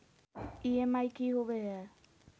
EMI की होवे है?